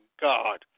God